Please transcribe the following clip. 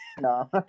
No